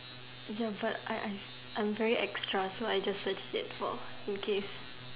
ya but I I I'm very extra so I just search it for in case